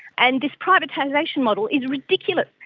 and this privatisation model is ridiculous.